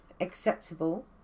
acceptable